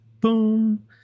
boom